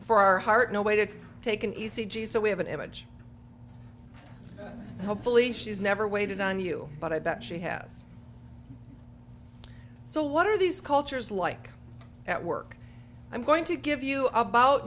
for our heart no way to take an e c g so we have an image hopefully she's never waited on you but i bet she has so what are these cultures like at work i'm going to give you about